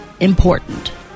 important